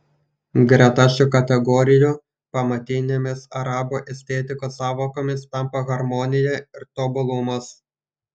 greta šių kategorijų pamatinėmis arabų estetikos sąvokomis tampa harmonija ir tobulumas